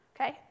Okay